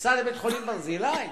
לבית-החולים "ברזילי"?